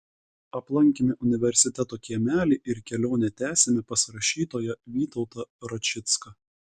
aplankėme universiteto kiemelį ir kelionę tęsėme pas rašytoją vytautą račicką